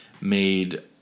made